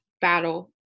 battle